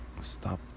stop